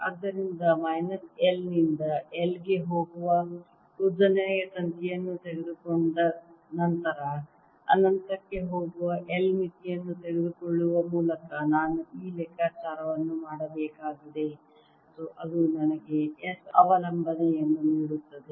ಆದ್ದರಿಂದ minus L ನಿಂದ L ಗೆ ಹೋಗುವ ಉದ್ದನೆಯ ತಂತಿಯನ್ನು ತೆಗೆದುಕೊಂಡು ನಂತರ ಅನಂತಕ್ಕೆ ಹೋಗುವ L ಮಿತಿಯನ್ನು ತೆಗೆದುಕೊಳ್ಳುವ ಮೂಲಕ ನಾನು ಈ ಲೆಕ್ಕಾಚಾರವನ್ನು ಮಾಡಬೇಕಾಗಿದೆ ಮತ್ತು ಅದು ನನಗೆ S ಅವಲಂಬನೆಯನ್ನು ನೀಡುತ್ತದೆ